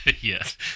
yes